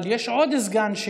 אבל יש עוד סגן,